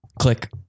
Click